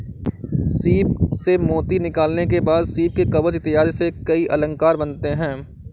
सीप से मोती निकालने के बाद सीप के कवच इत्यादि से कई अलंकार बनते हैं